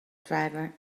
driver